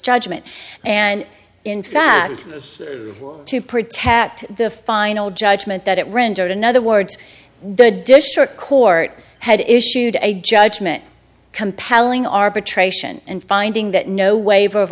judgment and in fact to protect the final judgment that it rendered in other words the district court had issued a judgment compelling arbitration and finding that no waiver of